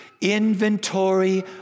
inventory